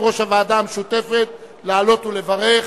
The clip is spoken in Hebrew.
(ביטול החלת המשפט, השיפוט והמינהל) (תיקון),